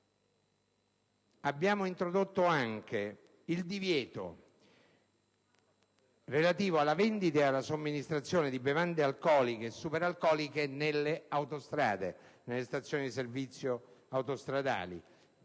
Abbiamo anche stabilito il divieto di vendita e somministrazione di bevande alcoliche e superalcoliche nelle stazioni di servizio autostradali.